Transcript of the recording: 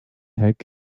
heck